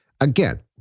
Again